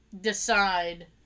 decide